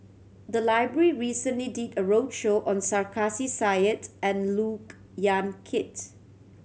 the library recently did a roadshow on Sarkasi Said and Look Yan Kit